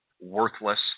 worthless